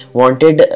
wanted